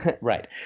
Right